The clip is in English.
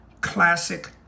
classic